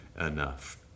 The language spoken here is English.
enough